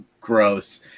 gross